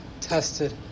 tested